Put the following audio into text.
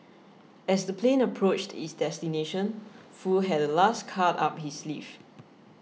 as the plane approached its destination Foo had a last card up his sleeve